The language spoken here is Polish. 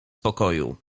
pokoju